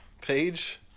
page